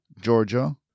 Georgia